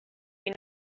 you